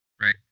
Right